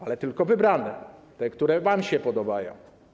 Ale tylko wybrane, te, które wam się podobają.